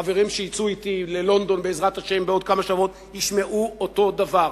חברים שיצאו אתי ללונדון בעזרת השם בעוד כמה שבועות ישמעו אותו דבר.